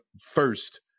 first